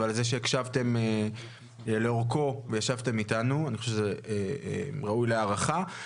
אני חושב שזה ראוי להערכה.